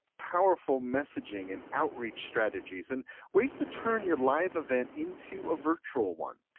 powerful messaging and outreach strategies and ways to turn your live event into a virtual one,